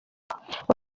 urubyiruko